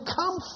come